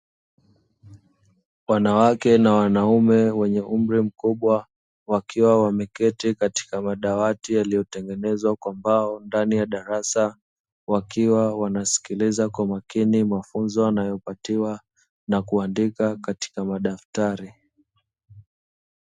Wanawake na wanaume wenye umri mkubwa wakiwa wameketi katika madawati yaliyotengenezwa kwa mbao ndani ya darasa wakiwa wanasikiliza kwa makini mafunzo wanayopatiwa na kuandika katika madaftari.